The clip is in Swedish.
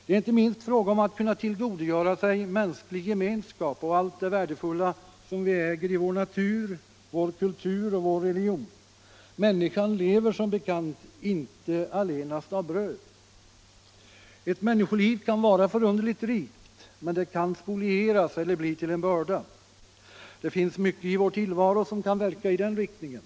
Det är inte minst fråga om att kunna tillgodogöra sig mänsklig gemenskap och allt det värdefulla, som vi äger i vår natur, vår kultur och vår religion. Människan lever som bekant inte allenast av bröd. Ett människoliv kan vara förunderligt rikt, men det kan spolieras eller bli till en börda. Det finns mycket i vår tillvaro, som kan verka i den riktningen.